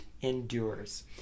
endures